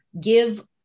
give